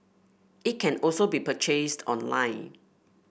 it can also be purchased online